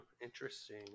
interesting